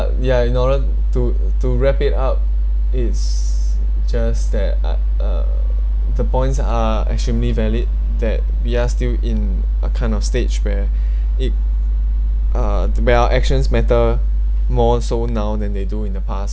uh ya in order to to wrap it up is just that is uh uh just that the points are extremely valid that we are still in a kind of stage where it uh where our actions matter more so now than they do in the past